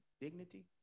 dignity